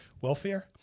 welfare